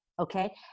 Okay